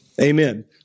Amen